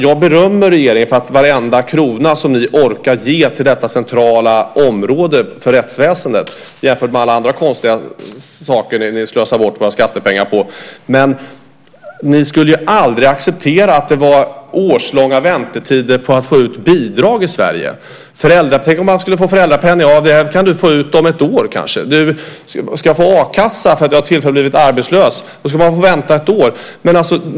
Jag berömmer regeringen för varenda krona ni orkar ge till detta centrala område, rättsväsendet, jämfört med alla andra konstiga saker ni slösar bort våra skattepengar på. Men ni skulle aldrig acceptera årslånga väntetider på att få ut bidrag i Sverige. Tänk om man skulle säga om föräldrapenning: Ja, det kan du få ut om ett år. Tänk om den som ska få a-kassa för att tillfälligt ha blivit arbetslös skulle få vänta ett år.